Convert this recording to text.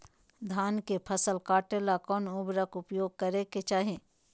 धान के फसल काटे ला कौन उपकरण उपयोग करे के चाही?